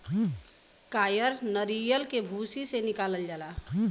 कायर नरीयल के भूसी से निकालल जाला